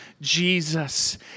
Jesus